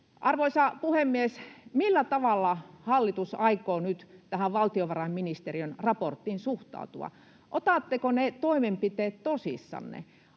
Arvoisa puhemies! Millä tavalla hallitus aikoo nyt tähän valtiovarainministeriön raporttiin suhtautua? Otatteko ne toimenpiteet tosissanne?